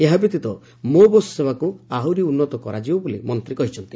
ଏହାବ୍ୟତୀତ ମୋ ବସ୍ ସେବାକୁ ଆହୁରି ଉନ୍ନତ କରାଯିବ ବୋଲି ମନ୍ତୀ କହିଛନ୍ତି